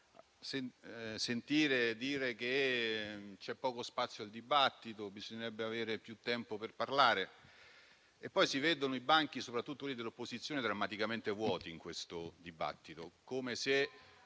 quest'Aula che c'è poco spazio per il dibattito e che bisognerebbe avere più tempo per parlare e poi si vedono i banchi, soprattutto quelli dell'opposizione, drammaticamente vuoti, come se il dibattito